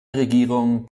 regierung